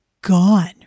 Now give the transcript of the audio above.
gone